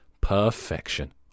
Perfection